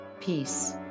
Peace